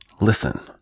listen